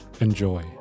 Enjoy